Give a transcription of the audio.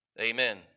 amen